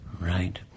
Right